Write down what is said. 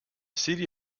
city